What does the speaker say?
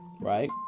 Right